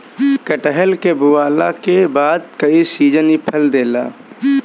कटहल के बोअला के बाद कई सीजन इ फल देला